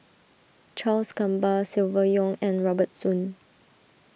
Charles Gamba Silvia Yong and Robert Soon